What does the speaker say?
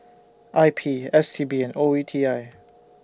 I P S T B and O E T I